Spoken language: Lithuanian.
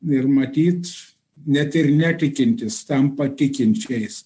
ir matyt net ir netikintys tampa tikinčiais